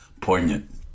poignant